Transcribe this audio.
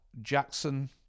jackson